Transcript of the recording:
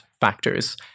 factors